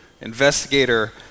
investigator